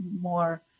more